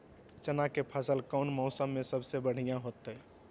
चना के फसल कौन मौसम में सबसे बढ़िया होतय?